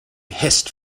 hissed